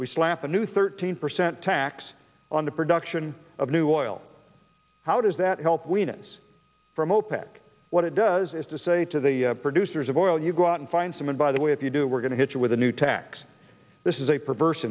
we slap a new thirteen percent tax on the production of new oil how does that help we notice from opec what it does is to say to the producers of oil you go out and find some and by the way if you do we're going to hit you with a new tax this is a perverse